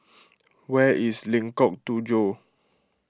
where is Lengkok Tujoh